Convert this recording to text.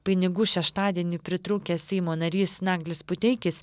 pinigų šeštadienį pritrūkęs seimo narys naglis puteikis